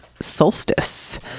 solstice